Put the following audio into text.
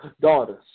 daughters